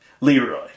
Leroy